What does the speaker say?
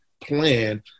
plan